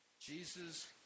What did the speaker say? Jesus